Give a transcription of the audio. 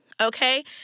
okay